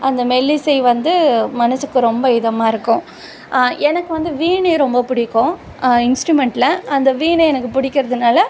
அந்த மெல்லிசை வந்து மனதுக்கு ரொம்ப இதமாக இருக்கும் எனக்கு வந்து வீணை ரொம்ப பிடிக்கும் இன்ஸ்ட்ரூமெண்ட்ல அந்த வீணை எனக்கு பிடிக்கிறதுனால